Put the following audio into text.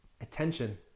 attention